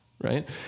right